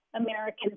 American